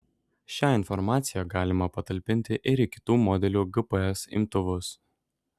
šią informaciją galima patalpinti ir į kitų modelių gps imtuvus